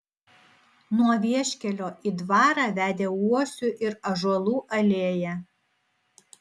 nuo vieškelio į dvarą vedė uosių ir ąžuolų alėja